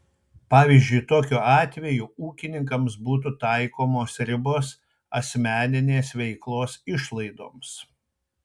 pavyzdžiui tokiu atveju ūkininkams būtų taikomos ribos asmeninės veiklos išlaidoms